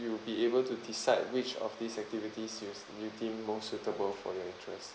you will be able to decide which of these activities you s~ you deem more suitable for your interest